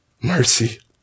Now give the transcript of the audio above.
Mercy